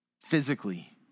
Physically